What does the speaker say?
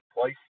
place